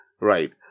Right